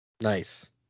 Nice